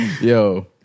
Yo